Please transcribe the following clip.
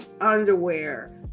underwear